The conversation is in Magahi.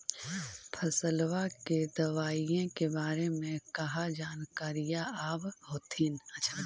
फसलबा के दबायें के बारे मे कहा जानकारीया आब होतीन?